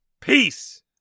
Peace